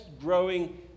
growing